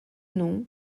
nom